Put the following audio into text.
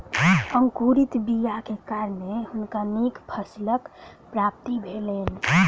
अंकुरित बीयाक कारणें हुनका नीक फसीलक प्राप्ति भेलैन